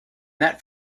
that